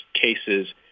cases